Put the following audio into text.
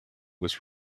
was